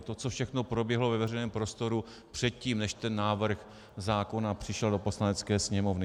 To, co všechno proběhlo ve veřejném prostoru předtím, než návrh zákona přišel do Poslanecké sněmovny.